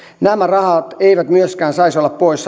nämä rahat eivät myöskään saisi olla pois